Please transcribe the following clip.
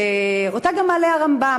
שאותה גם מעלה הרמב"ם,